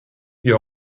wir